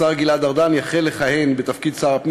השר גלעד ארדן יחל לכהן בתפקיד שר הפנים